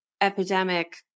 epidemic